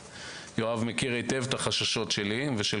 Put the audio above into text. ויואב מכיר היטב את החששות שלי ושל